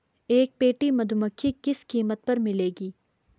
एक पेटी मधुमक्खी किस कीमत पर मिलेगी?